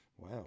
Wow